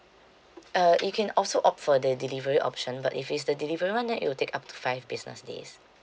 uh you can also opt for the delivery option but if it's the delivery [one] then it will take up to five business days